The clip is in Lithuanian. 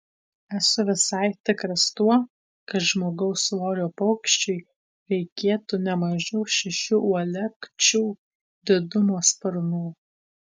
esu visai tikras tuo kad žmogaus svorio paukščiui reikėtų ne mažiau šešių uolekčių didumo sparnų